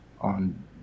on